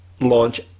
launch